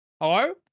Hello